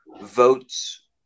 votes